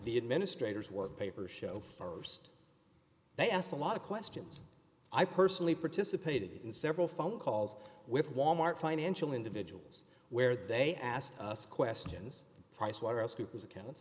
the administrators were paper show st they asked a lot of questions i personally participated in several phone calls with wal mart financial individuals where they asked us questions pricewaterhouse coopers